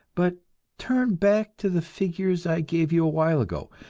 but turn back to the figures i gave you while ago.